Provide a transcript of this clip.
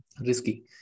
risky